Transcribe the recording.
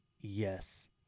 yes